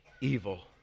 evil